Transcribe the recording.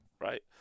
right